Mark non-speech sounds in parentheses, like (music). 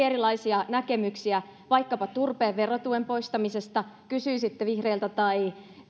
(unintelligible) erilaisia näkemyksiä vaikkapa turpeen verotuen poistamisesta kysyy sitten vihreiltä tai